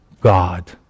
God